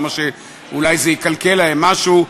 אולי זה יקלקל להם משהו.